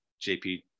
JP